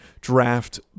Draft